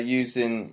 using